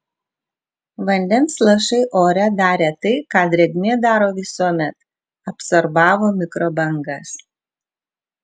vandens lašai ore darė tai ką drėgmė daro visuomet absorbavo mikrobangas